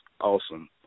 awesome